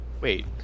Wait